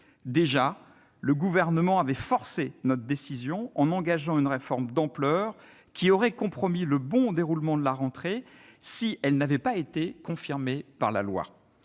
Déjà, il avait forcé notre décision en engageant une réforme d'ampleur, qui aurait compromis le bon déroulement de la rentrée si elle n'avait pas été confirmée par la loi.